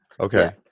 Okay